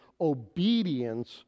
obedience